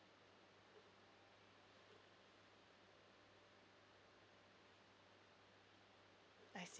I see